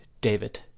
David